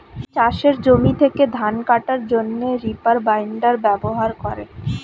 চাষের জমি থেকে ধান কাটার জন্যে রিপার বাইন্ডার ব্যবহার করে